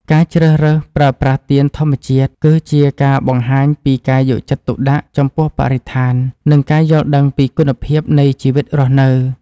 ការជ្រើសរើសប្រើប្រាស់ទៀនធម្មជាតិ គឺជាការបង្ហាញពីការយកចិត្តទុកដាក់ចំពោះបរិស្ថាន និង ការយល់ដឹងពីគុណភាពនៃជីវិតរស់នៅ។